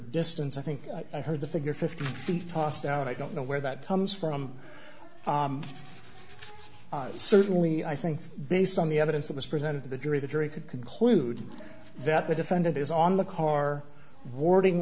distance i think i heard the figure fifty feet tossed out i don't know where that comes from certainly i think based on the evidence that was presented to the jury the jury could conclude that the defendant is on the car warding